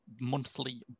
monthly